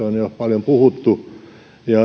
on jo paljon puhuttu ja